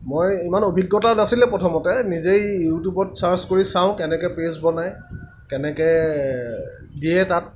মই ইমান অভিজ্ঞতা নাছিলে প্ৰথমতে নিজেই ইউটিউবত ছাৰ্চ কৰি চাওঁ কেনেকৈ পেজ বনাই কেনেকৈ দিয়ে তাত